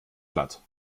platt